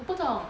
我不懂